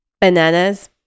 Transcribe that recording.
bananas